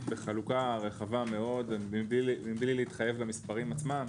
בחלוקה רחבה מאוד מבלי להתחייב במספרים עצמם,